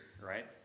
right